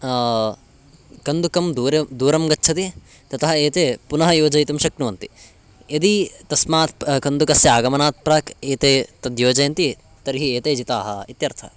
कन्दुकं दूरं दूरं गच्छति ततः एते पुनः योजयितुं शक्नुवन्ति यदि तस्मात् कन्दुकस्य आगमनात् प्राक् एते तद्योजयन्ति तर्हि एते जिताः इत्यर्थः